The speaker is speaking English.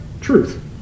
Truth